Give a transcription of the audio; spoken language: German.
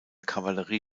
kavallerie